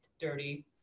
dirty